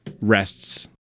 rests